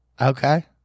Okay